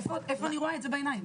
איפה אני רואה את זה בעיניים?